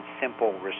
simple